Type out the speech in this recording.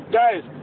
guys